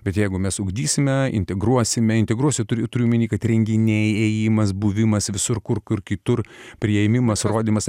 bet jeigu mes ugdysime integruosime integruosi turiu turiu omeny kad renginiai ėjimas buvimas visur kur kur kitur priėmimas rodymas